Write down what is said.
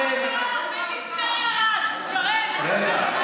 באיזו היסטריה שרן רצה,